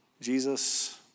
Jesus